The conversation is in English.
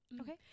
okay